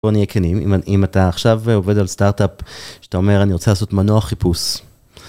בואו נהיה כנים, אם אתה עכשיו עובד על סטארט-אפ שאתה אומר, אני רוצה לעשות מנוע חיפוש.